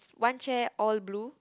one chair all blue